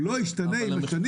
הוא לא השתנה עם השנים,